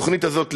התוכנית הזאת,